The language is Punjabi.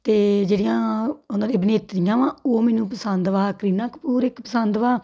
ਅਤੇ ਜਿਹੜੀਆਂ ਉਹਨਾਂ ਦੀ ਅਭਿਨੇਤਰੀਆਂ ਵਾ ਉਹ ਮੈਨੂੰ ਪਸੰਦ ਵਾ ਕਰੀਨਾ ਕਪੂਰ ਇੱਕ ਪਸੰਦ ਵਾ